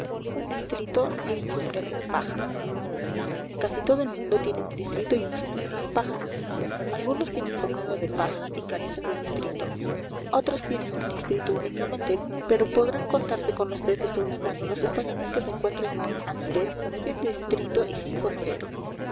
un distrito y un sombrero de paja casi todo el mundo tiene un distrito y un sombrero de paja algunos tienen sombrero de paja y carecen de distrito otros tienen el distrito únicamente pero podrán contarse con los dedos de una mano los españoles que se encuentren hoy a la vez sin distrito y sin sombrero